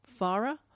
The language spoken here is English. Farah